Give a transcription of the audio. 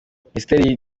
minisiteri